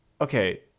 Okay